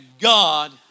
God